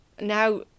now